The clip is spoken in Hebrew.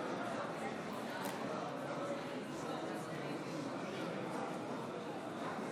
הכנסת, להלן תוצאות ההצבעה, 47 בעד,